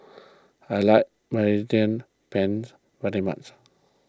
I like Mediterranean Penne very much